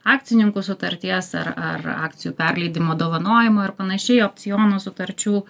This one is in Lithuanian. akcininkų sutarties ar ar akcijų perleidimo dovanojimui ir panašiai opciono sutarčių